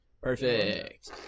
Perfect